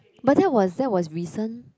but that was that was recent